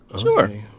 Sure